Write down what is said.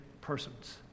persons